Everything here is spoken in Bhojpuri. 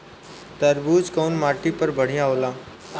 तरबूज कउन माटी पर बढ़ीया होला?